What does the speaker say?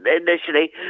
initially